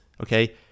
Okay